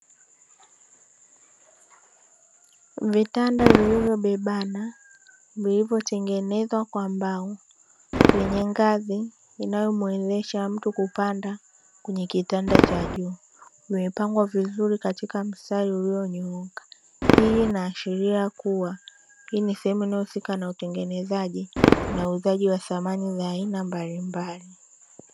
Vitanda vilivyobebana vilivyotengenezwa kwa mbao, vyenye ngazi inayomwezesha mtu kupanda kwenye kitanda cha juu. Vimepangwa vizuri katika mstari ulionyooka. Hii inaashiria kuwa hii ni sehemu inayohusika na utengenezaji wa samani za aina mbalimbali.